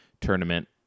tournament